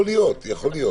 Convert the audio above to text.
יכול להיות.